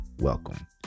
welcome